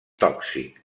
tòxic